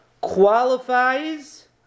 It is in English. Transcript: qualifies